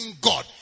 God